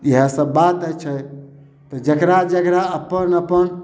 इहए सब बात छै तऽ जकरा जकरा अपन अपन